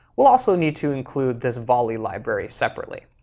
we'll also need to include this volley library separately.